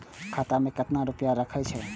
खाता में केतना रूपया रैख सके छी?